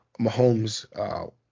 Mahomes